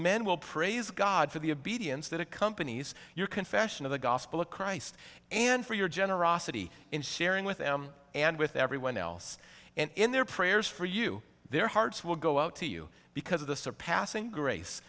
men will praise god for the a b d s that accompanies your confession of the gospel of christ and for your generosity in sharing with him and with everyone else in their prayers for you their hearts will go out to you because of the surpassing grace